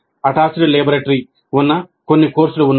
attached laboratory ఉన్న కొన్ని కోర్సులు ఉన్నాయి